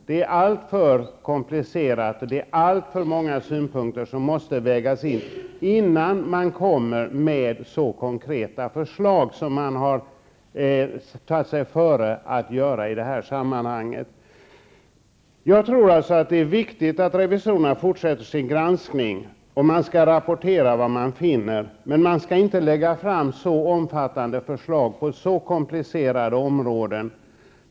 Det är alltför komplicerat och alltför många synpunkter som måste vägas in innan man kommer fram till så konkreta förslag som man har tagit sig före att lägga fram i detta sammanhang. Det är viktigt att revisorerna fortsätter sin granskning, och de skall rapportera vad de finner, men de skall inte lägga fram så omfattande förslag på så komplicerade områden som har skett.